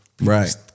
right